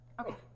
Okay